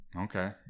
Okay